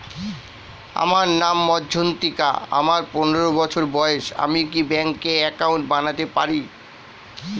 আমার নাম মজ্ঝন্তিকা, আমার পনেরো বছর বয়স, আমি কি ব্যঙ্কে একাউন্ট বানাতে পারি?